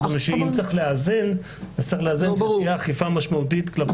שאם צריך לאזן אז צריך לאזן שתהיה אכיפה משמעותית כלפי שני הצדדים.